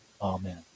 amen